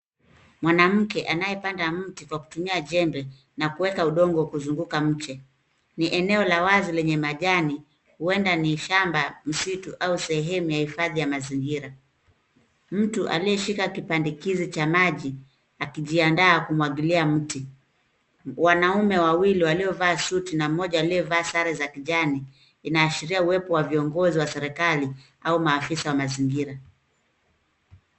Mwanamke anayepanda mti kwa kutumia jembe na kuweka udongo kuzunguka mti. Ni eneo la wazi lenye majani huenda imepandwa msitu au sehemu ya mazingira. Mtu anayeshika kipandikizi cha maji akijiandaa kumwagilia mti. Wanaume wawili aliyevaa suti na mmoja aliyevaa sare la kijani, inaashiria uwepo wa viongozi wa serikali au maafisa wa mazingira.